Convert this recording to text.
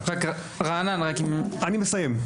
רענן, רק אם --- אני מסיים.